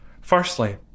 Firstly